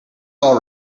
all